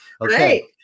Okay